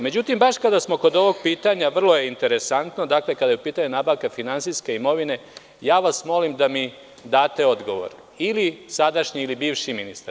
Međutim, baš kada smo kod ovog pitanja, vrlo je interesantno, kada je u pitanju nabavka finansijske imovine, molim vas da mi date odgovor, ili sadašnji ili bivši ministar.